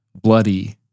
bloody